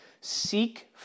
seek